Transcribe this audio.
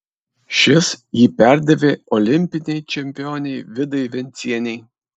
šis jį perdavė olimpinei čempionei vidai vencienei